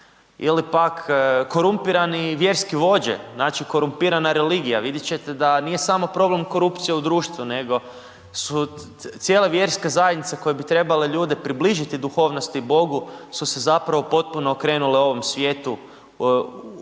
Ili pak korumpirani vjerske vođe, znači korumpirana religija, vidjeti ćete da nije samo problem korupcije u društvu nego su cijele vjerske zajednice koje bi trebale ljude približiti duhovnosti i Bogu su se zapravo potpuno okrenule ovom svijetu,